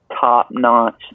top-notch